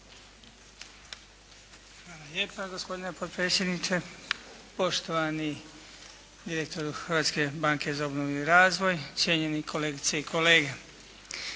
Hvala lijepa gospodine potpredsjedniče. Poštovani direktoru Hrvatske banke za obnovu i razvoj, cijenjeni kolegice i kolege.